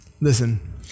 Listen